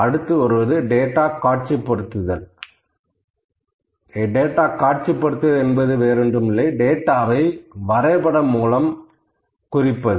அடுத்து வருவது டேட்டா காட்சிப்படுத்துதல் அது டேட்டாவை வரைபடம் மூலம் குறிப்பது